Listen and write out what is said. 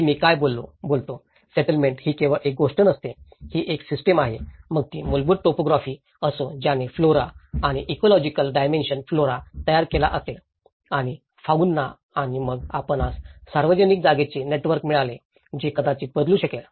हे मी काय बोलतो सेटलमेंट ही केवळ एक गोष्ट नसते ही एक सिस्टिम आहे मग ती मूलभूत टोपोग्राफी असो ज्याने फ्लोरा आणि इकोलॉजिकल डायमेन्शन फ्लोरा तयार केला असेल आणि फाऊंना आणि मग आपणास सार्वजनिक जागेचे नेटवर्क मिळाले जे कदाचित बदलू शकेल